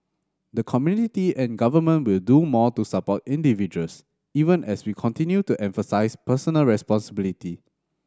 the community and government will do more to support individuals even as we continue to emphasise personal responsibility